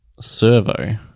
servo